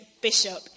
Bishop